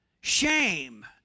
Shame